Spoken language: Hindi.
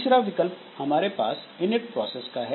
तीसरा विकल्प हमारे पास इनिट प्रोसेस का है